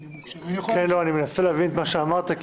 אני מנסה להבין את מה שאמרת.